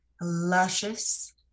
luscious